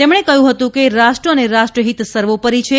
તેમણે કહ્યું હતું કે રાષ્ટ્ર અને રાષ્ટ્રહિત સર્વોપરી છે